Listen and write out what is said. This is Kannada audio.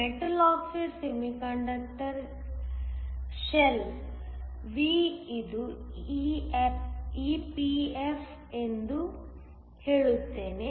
metal oxide semiconductor shell V ಇದು EPF ಎಂದು ಹೇಳುತ್ತೇನೆ